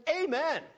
Amen